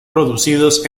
producidos